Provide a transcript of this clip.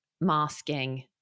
masking